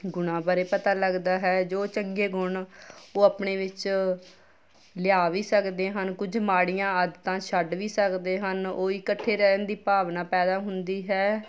ਗੁਣਾਂ ਬਾਰੇ ਪਤਾ ਲੱਗਦਾ ਹੈ ਜੋ ਚੰਗੇ ਗੁਣ ਉਹ ਆਪਣੇ ਵਿੱਚ ਲਿਆ ਵੀ ਸਕਦੇ ਹਨ ਕੁਝ ਮਾੜੀਆਂ ਆਦਤਾਂ ਛੱਡ ਵੀ ਸਕਦੇ ਹਨ ਉਹ ਇਕੱਠੇ ਰਹਿਣ ਦੀ ਭਾਵਨਾ ਪੈਦਾ ਹੁੰਦੀ ਹੈ